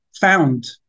found